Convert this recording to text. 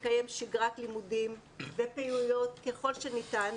לקיים שגרת לימודים ופעילויות ככל שניתן,